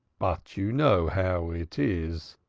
but you know how it is!